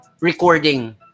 recording